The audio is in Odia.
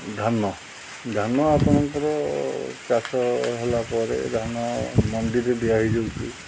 ଧାନ ଧାନ ଆପଣଙ୍କର ଚାଷ ହେଲା ପରେ ଧାନ ମଣ୍ଡିରେ ଦିଆ ହେଇଯାଉଛି